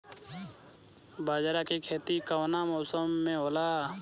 बाजरा के खेती कवना मौसम मे होला?